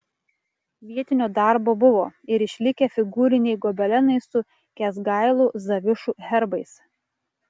vietinio darbo buvo ir išlikę figūriniai gobelenai su kęsgailų zavišų herbais